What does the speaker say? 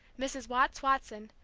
mrs. watts watson,